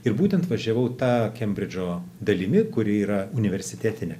ir būtent važiavau ta kembridžo dalimi kuri yra universitetinė